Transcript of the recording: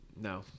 no